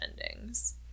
Endings